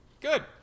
Good